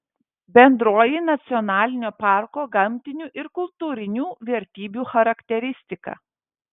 bendroji nacionalinio parko gamtinių ir kultūrinių vertybių charakteristika